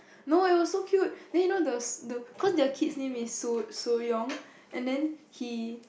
no it was so cute then you know the the cause their kid's name is Soo-Sooyoung and then he